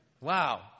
Wow